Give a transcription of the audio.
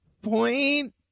Point